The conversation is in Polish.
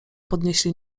podnieśli